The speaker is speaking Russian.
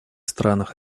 странах